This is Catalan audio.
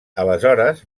aleshores